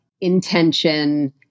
intention